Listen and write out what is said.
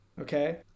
okay